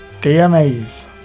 DMAs